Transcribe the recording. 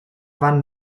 van